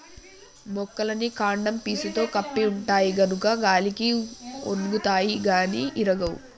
మొక్కలన్నీ కాండం పీసుతో కప్పి ఉంటాయి గనుక గాలికి ఒన్గుతాయి గాని ఇరగవు